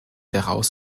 daraus